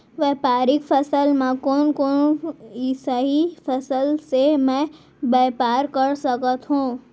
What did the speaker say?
व्यापारिक फसल म कोन कोन एसई फसल से मैं व्यापार कर सकत हो?